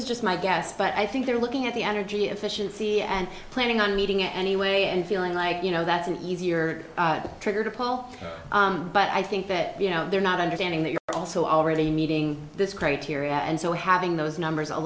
is just my guess but i think they're looking at the energy efficiency and planning on meeting anyway and feeling like you know that's an easier trigger to paul but i think that they're not understanding that you're also already meeting this criteria and so having those